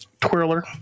Twirler